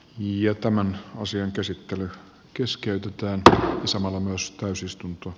ja tämän asian käsittely keskeytyy työntää samalla myös täysistunto